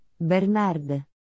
Bernard